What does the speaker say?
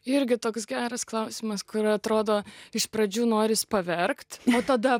irgi toks geras klausimas kur atrodo iš pradžių noris paverkt tada